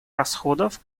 расходов